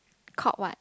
called what